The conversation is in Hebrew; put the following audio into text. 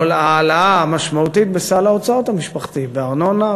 העלאה משמעותית בסל ההוצאות המשפחתי: בארנונה,